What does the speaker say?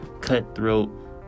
cutthroat